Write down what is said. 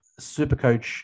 Supercoach